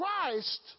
Christ